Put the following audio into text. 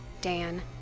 Dan